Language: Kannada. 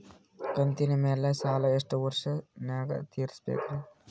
ಕಂತಿನ ಮ್ಯಾಲ ಸಾಲಾ ಎಷ್ಟ ವರ್ಷ ನ್ಯಾಗ ತೀರಸ ಬೇಕ್ರಿ?